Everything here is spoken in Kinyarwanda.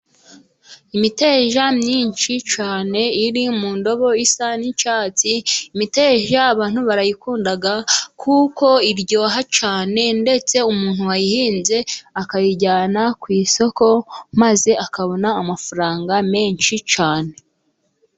Imiteja myinshi cyane iri mu ndobo isa n'icyatsi, imiteja abantu barayikunda kuko iryoha cyane, ndetse umuntu wayihinze akayijyana ku isoko, maze akabona amafaranga menshi cyane.